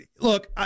Look